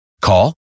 Call